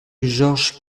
georges